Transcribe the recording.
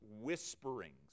whisperings